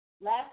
Last